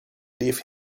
leave